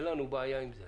אין לנו בעיה עם זה